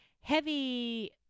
heavy